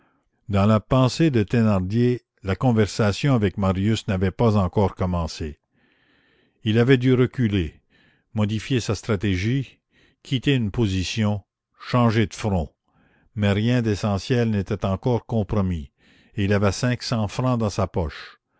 dans la pensée de thénardier la conversation avec marius n'avait pas encore commencé il avait dû reculer modifier sa stratégie quitter une position changer de front mais rien d'essentiel n'était encore compromis et il avait cinq cents francs dans sa poche